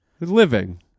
living